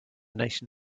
nation